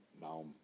Now